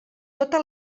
tota